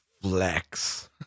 flex